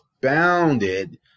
bounded